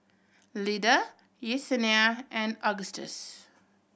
Lyda Yesenia and Augustus